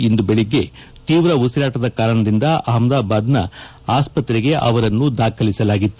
ಇಂದು ಬೆಳಗ್ಗೆ ತೀವ್ರ ಉಸಿರಾಟದ ಕಾರಣದಿಂದ ಅಹಮ್ನಾದಾಬಾದ್ನ ಆಸ್ಪತ್ರೆಗೆ ದಾಖಲಿಸಲಾಗಿತ್ತು